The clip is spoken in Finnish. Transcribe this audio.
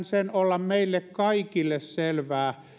sen olla meille kaikille selvää